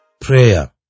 Prayer